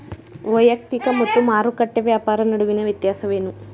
ವೈಯಕ್ತಿಕ ಮತ್ತು ಮಾರುಕಟ್ಟೆ ವ್ಯಾಪಾರ ನಡುವಿನ ವ್ಯತ್ಯಾಸವೇನು?